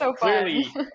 clearly